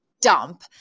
dump